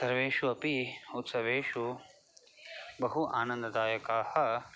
सर्वेषु अपि उत्सवेषु बहु आनन्ददायकाः